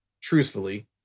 Truthfully